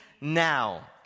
now